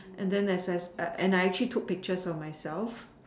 and then as I and I actually took pictures of myself